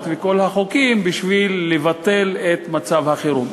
ואת כל החוקים בשביל לבטל את מצב החירום.